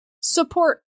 support